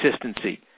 consistency